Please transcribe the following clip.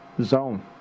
Zone